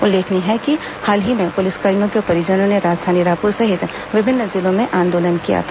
उल्लेखनीय है कि हाल ही में पुलिसकर्मियों के परिजनों ने राजधानी रायपुर सहित विभिन्न जिलों में आंदोलन किया था